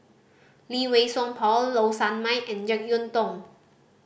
Lee Wei Song Paul Low Sanmay and Jek Yeun Thong